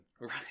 Right